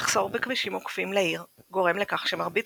המחסור בכבישים עוקפים לעיר גורם לכך שמרבית